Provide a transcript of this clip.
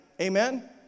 Amen